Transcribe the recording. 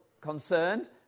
concerned